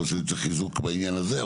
לא שאני צריך חיזוק בעניין הזה,